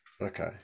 Okay